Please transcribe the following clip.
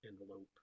envelope